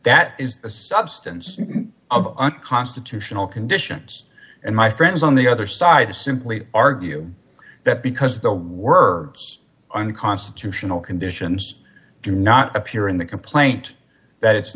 that is a substance of unconstitutional conditions and my friends on the other side simply argue that because the words unconstitutional conditions do not appear in the complaint that it's